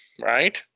right